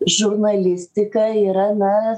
žurnalistika yra na